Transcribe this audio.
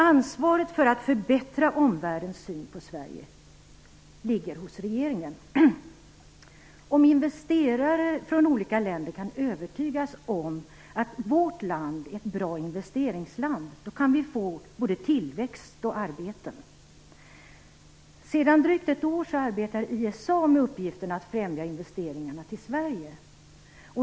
Ansvaret för att förbättra omvärldens syn på Sverige ligger hos regeringen. Om investerare från olika länder kan övertygas om att vårt land är ett bra investeringsland kan det ge både tillväxt och nya jobb. Sedan drygt ett år arbetar ISA med uppgiften att främja investeringar i Sverige.